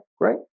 great